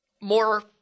more